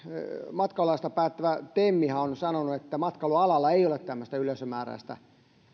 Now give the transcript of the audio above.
matkailualasta päättävä temhän on sanonut että matkailualalla ei ole tämmöistä yleisömääräistä